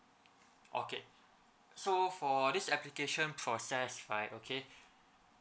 okay so for this application process right okay